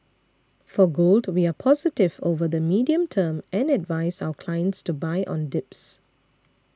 for gold we are positive over the medium term and advise our clients to buy on dips